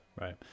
Right